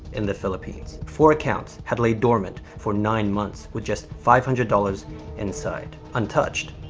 in the philippines. four accounts had laid dormant for nine months with just five hundred dollars inside, untouched.